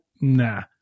nah